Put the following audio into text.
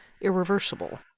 irreversible